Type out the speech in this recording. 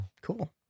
cool